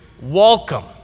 welcome